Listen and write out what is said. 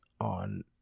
on